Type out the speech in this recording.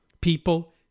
People